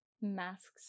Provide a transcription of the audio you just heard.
masks